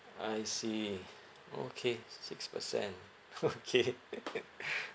I see okay so six percent okay